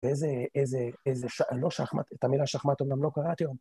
ואיזה, איזה, לא שחמט, את המילה שחמט אומנם לא קראתי היום.